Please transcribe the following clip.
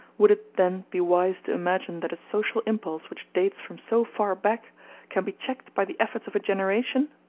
would it, then, be wise to imagine that a social impulse which dates from so far back can be checked by the efforts of a generation?